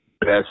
best